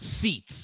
Seats